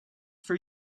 for